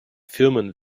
firmen